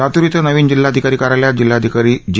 लातूर इथं नवीन जिल्हाधिकारी कार्यालयात जिल्हाधिकारी जी